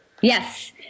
Yes